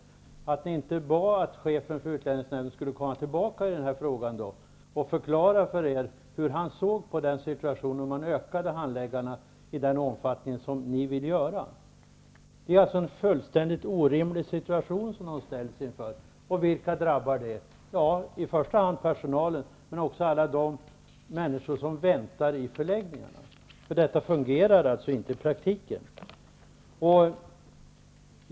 Därför förvånar det mig att Socialdemokraterna inte bad att chefen för utlänningsnämnden skulle komma tillbaka när det gäller denna fråga för att förklara hur han ser på att öka antalet handläggare i den omfattning som Socialdemokraterna vill. Detta är alltså en fullständigt orimlig situation som utlänningsnämnden ställs inför. Vilka drabbar detta? I första hand drabbar det personalen, men det drabbar även alla de människor som väntar i förläggningarna. Detta fungerar alltså inte i praktiken.